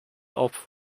off